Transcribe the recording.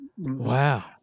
Wow